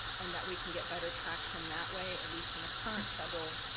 and that we can get better traction that way, at least in the current federal